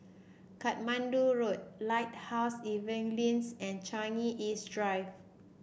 Katmandu Road Lighthouse Evangelism and Changi East Drive